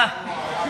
הלל הזקן